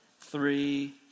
Three